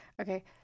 Okay